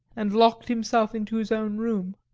and locked himself into his own room.